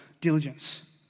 diligence